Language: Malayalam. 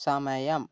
സമയം